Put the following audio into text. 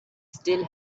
still